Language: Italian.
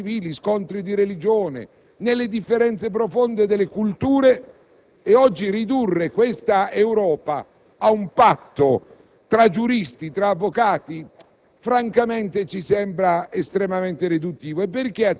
si è così conformata attraverso terribili guerre civili, scontri di religione, nelle differenze profonde delle culture. Oggi, ridurre questa Europa a un patto tra giuristi e avvocati